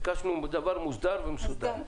ביקשנו דבר מוסדר ומסודר.